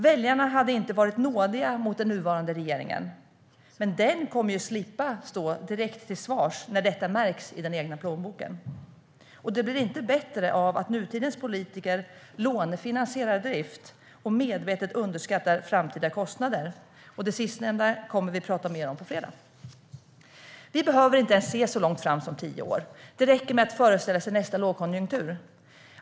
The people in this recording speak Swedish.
Då hade väljarna inte varit nådiga mot den nuvarande regeringen, men den kommer ju att slippa stå direkt till svars när detta märks i den egna plånboken. Och det blir inte bättre av att nutidens politiker lånefinansierar drift och medvetet underskattar framtida kostnader. Det senare kommer vi att prata mer om på fredag. Vi behöver inte ens se så långt fram som tio år, det räcker med att föreställa sig nästa lågkonjunktur.